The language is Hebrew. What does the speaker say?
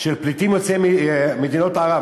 פליטים יוצאי מדינות ערב.